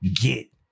get